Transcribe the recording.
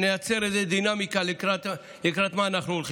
נייצר איזו דינמיקה לקראת מה אנחנו הולכים.